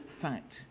fact